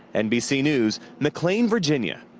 nbc news, maclaine, virginia.